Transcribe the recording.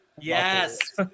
Yes